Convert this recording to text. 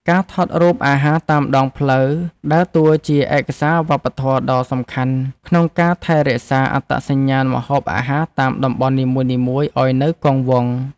ការថតរូបអាហារតាមដងផ្លូវ ដើរតួជាឯកសារវប្បធម៌ដ៏សំខាន់ក្នុងការថែរក្សាអត្តសញ្ញាណម្ហូបអាហារតាមតំបន់នីមួយៗឱ្យនៅគង់វង្ស។